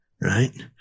Right